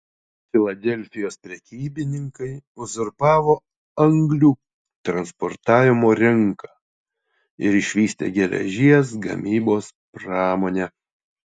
filadelfijos prekybininkai uzurpavo anglių transportavimo rinką ir išvystė geležies gamybos pramonę